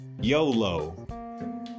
YOLO